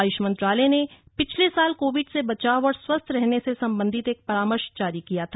आयुष मंत्रालय ने पिछले साल कोविड से बचाव और स्वस्थ रहने से संबंधित एक परामर्श जारी किया था